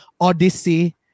Odyssey